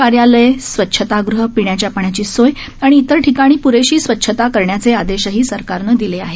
कार्यालय स्वच्छतागृह पिण्याच्या पाण्याची सोय आणि इतर ठिकाणी प्रेशी स्वच्छता करण्याचे आदेशही सरकारने दिले आहेत